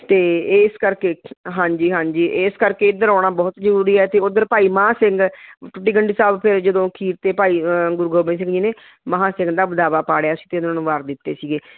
ਅਤੇ ਇਸ ਕਰਕੇ ਹਾਂਜੀ ਹਾਂਜੀ ਇਸ ਕਰਕੇ ਇੱਧਰ ਆਉਣਾ ਬਹੁਤ ਜ਼ਰੂਰੀ ਹੈ ਅਤੇ ਉੱਧਰ ਭਾਈ ਮਹਾਂ ਸਿੰਘ ਟੁੱਟੀ ਗੰਢੀ ਸਾਹਿਬ ਫਿਰ ਜਦੋਂ ਅਖੀਰ 'ਤੇ ਭਾਈ ਗੁਰੂ ਗੋਬਿੰਦ ਸਿੰਘ ਜੀ ਨੇ ਮਹਾਂ ਸਿੰਘ ਦਾ ਬਦਾਵਾ ਪਾੜਿਆ ਸੀ ਅਤੇ ਉਹਨਾਂ ਨੂੰ ਵਰ ਦਿੱਤੇ ਸੀਗੇ